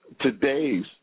today's